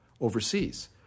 overseas